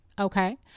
okay